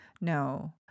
No